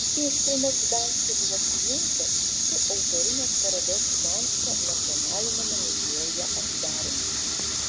iškilmės gdanske buvo sujungtos su autorinės parodos gdansko nacionaliniame muziejuje atidarymu